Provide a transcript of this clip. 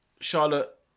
Charlotte